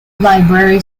library